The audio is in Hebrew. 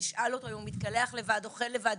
אם הוא מתקלח לבד ואוכל לבד,